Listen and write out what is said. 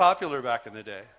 popular back in the day